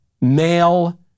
male